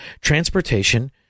Transportation